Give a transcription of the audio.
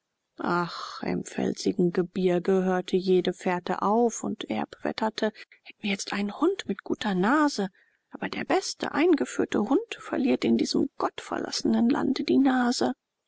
ach im felsigen gebirge hörte jede fährte auf und erb wetterte hätten wir jetzt einen hund mit guter nase aber der beste eingeführte hund verliert in diesem gottverlassenen lande die nase